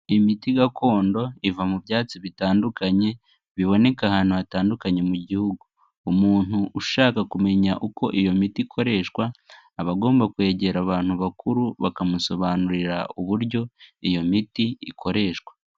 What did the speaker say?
Imiti gakondo iva mu byatsi bitandukanye biboneka ahantu hatandukanye mu gihugu, umuntu ushaka kumenya uko iyo miti ikoreshwa, abagomba kwegera abantu bakuru bakamusobanurira uburyo iyo miti ikoreshwa.